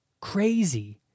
Crazy